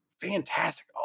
fantastic